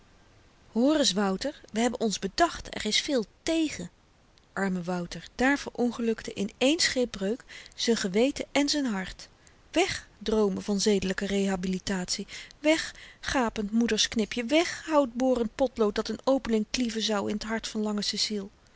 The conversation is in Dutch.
eens wouter we hebben ons bedacht er is veel tégen arme wouter daar verongelukten in één schipbreuk z'n geweten en z'n hart weg droomen van zedelyke rehabilitatie weg gapend moeder's knipje weg houtborend potlood dat n opening klieven zou in t hart van lange ceciel